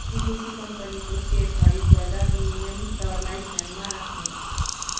विदेशी कम्पनीको सेयर खरिद गर्दा विनियम दरलाई ध्यानमा राख्नुहोस्